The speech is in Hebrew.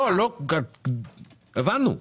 לא הבנת אותי.